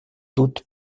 doute